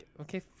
Okay